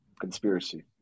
Conspiracy